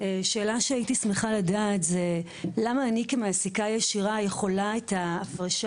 שאלה שהייתי שמחה לדעת זה למה אני כמעסיקה ישירה יכולה את ההפרשה